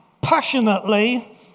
passionately